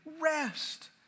rest